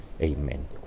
Amen